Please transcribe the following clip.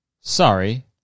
sorry